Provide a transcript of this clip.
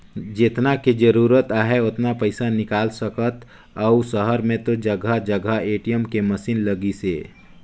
जेतना के जरूरत आहे ओतना पइसा निकाल सकथ अउ सहर में तो जघा जघा ए.टी.एम के मसीन लगिसे